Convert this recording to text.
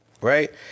Right